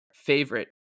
Favorite